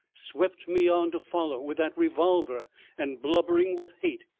swept me on to follow. with that revolver and blubbering with hate.